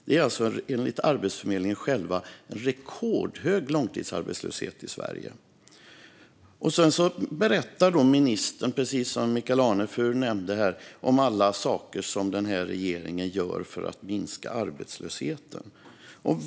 Det är alltså enligt Arbetsförmedlingen själv en rekordhög långtidsarbetslöshet i Sverige. Precis som Michael Anefur nämnde berättar ministern om allt som regeringen gör för att minska arbetslösheten.